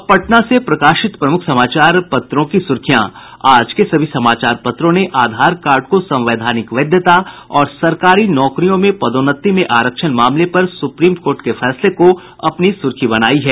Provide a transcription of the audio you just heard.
अब पटना से प्रकाशित प्रमुख समाचार पत्रों की सुर्खियां आज के सभी समाचार पत्रों ने आधार कार्ड को संवैधानिक वैधता और सरकारी नौकरियों में पदोन्नति में आरक्षण मामले पर सुप्रीम कोर्ट के फैसले को अपनी सुर्खी बनायी है